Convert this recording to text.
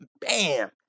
Bam